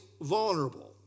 vulnerable